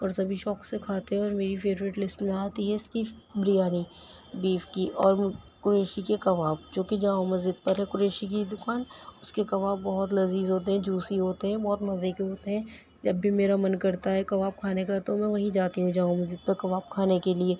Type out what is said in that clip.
اور سبھی شوق سے کھاتے ہیں اور میری فیوریٹ لسٹ میں آتی ہے اِس کی بریانی بیف کی اور قریشی کے کباب جو کہ جامع مسجد پر ہے قریشی کی دُکان اُس کے کباب بہت لذیذ ہوتے ہیں جوسی ہوتے ہیں بہت مزے کے ہوتے ہیں جب بھی میرا من کرتا ہے کباب کھانے کا تو میں وہیں جاتی ہوں جامع مسجد پہ کباب کھانے کے لیے